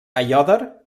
aiòder